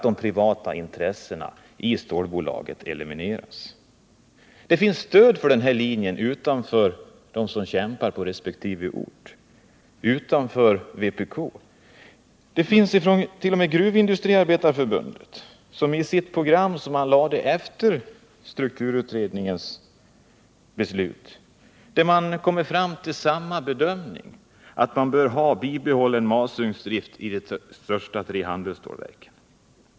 De privata intressena i stålbolaget måste elimineras. Det finns stöd för den här linjen utanför dem som kämpar för resp. ort, 123 utanför vpk. T. o. m. Gruvindustriarbetareförbundet kommer i sitt program, som lades fram efter strukturutredningen, fram till samma bedömning, att man bör ha bibehållen masugnsdrift i de största tre handelsstålverken.